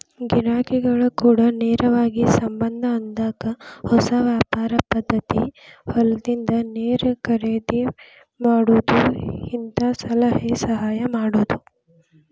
ಗಿರಾಕಿಗಳ ಕೂಡ ನೇರವಾಗಿ ಸಂಬಂದ ಹೊಂದಾಕ ಹೊಸ ವ್ಯಾಪಾರ ಪದ್ದತಿ ಹೊಲದಿಂದ ನೇರ ಖರೇದಿ ಮಾಡುದು ಹಿಂತಾ ಸಲಹೆ ಸಹಾಯ ಮಾಡುದು